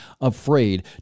afraid